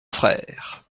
frère